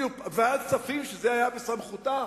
ועדת כספים, שזה היה בסמכותה,